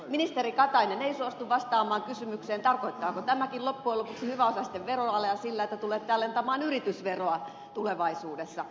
ministeri katainen ei suostu vastaamaan kysymykseen tarkoittaako tämäkin loppujen lopuksi hyväosaisten veroalea sitä kautta että tulette alentamaan yritysveroa tulevaisuudessa